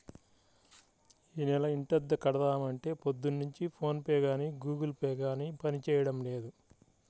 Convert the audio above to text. యీ నెల ఇంటద్దె కడదాం అంటే పొద్దున్నుంచి ఫోన్ పే గానీ గుగుల్ పే గానీ పనిజేయడం లేదు